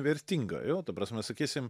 vertinga jo ta prasme sakysim